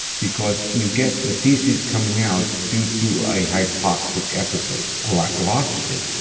because you get the feces coming out due to a hypoxic episode, a lack of oxygen,